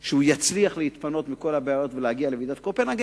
שהוא יצליח להתפנות מכל הבעיות ולהגיע לוועידת קופנהגן.